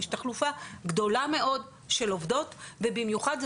יש תחלופה גדולה מאוד של עובדות ובמיוחד זה